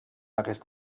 aquest